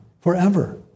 forever